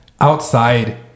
outside